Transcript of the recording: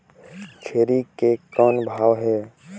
छेरी के कौन भाव हे?